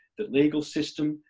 the legal system,